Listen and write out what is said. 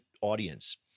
audience